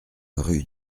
rue